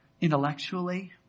intellectually